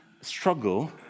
struggle